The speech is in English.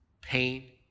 pain